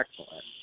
excellent